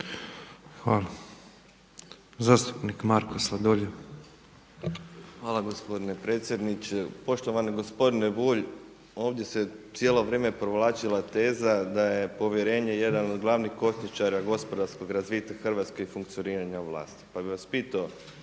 **Sladoljev, Marko (MOST)** Hvala gospodine predsjedniče. Poštovani gospodine Bulj, ovdje se cijelo vrijeme provlačila teza da je povjerenje jedno od glavnih kočničara gospodarskog razvitka Hrvatske i funkcioniranja vlasti, pa bih vas pitao